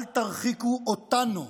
אל תרחיקו אותנו.